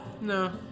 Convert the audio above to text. no